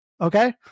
Okay